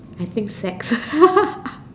I think sex